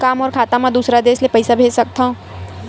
का मोर खाता म दूसरा देश ले पईसा भेज सकथव?